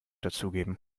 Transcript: dazugeben